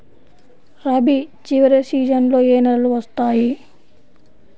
రబీ చివరి సీజన్లో ఏ నెలలు వస్తాయి?